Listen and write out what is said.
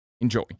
Enjoy